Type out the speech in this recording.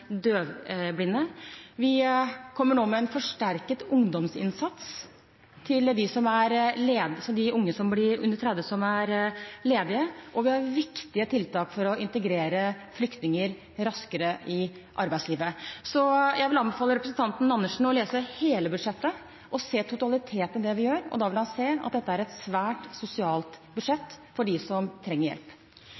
Vi kommer nå med en forsterket ungdomsinnsats til unge under 30 år som er ledige. Og vi har viktige tiltak for å integrere flyktninger raskere i arbeidslivet. Jeg vil anbefale representanten Andersen å lese hele budsjettet og se totaliteten i det vi gjør. Da vil han se at dette er et svært sosialt